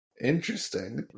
Interesting